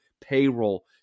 payroll